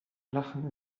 lachen